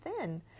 thin